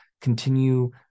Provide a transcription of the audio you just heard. continue